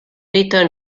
return